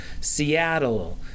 Seattle